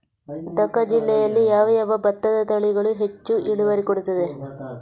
ದ.ಕ ಜಿಲ್ಲೆಯಲ್ಲಿ ಯಾವ ಯಾವ ಭತ್ತದ ತಳಿಗಳು ಹೆಚ್ಚು ಇಳುವರಿ ಕೊಡುತ್ತದೆ?